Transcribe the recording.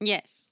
Yes